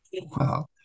Wow